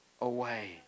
away